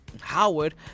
Howard